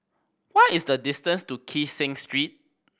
what is the distance to Kee Seng Street